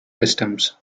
customs